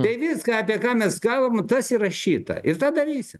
tai viską apie ką mes kalbam tas įrašyta ir tą darysim